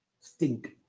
stink